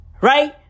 Right